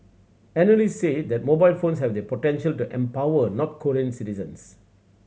analysts say that mobile phones have the potential to empower North Korean citizens